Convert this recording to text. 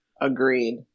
Agreed